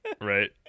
right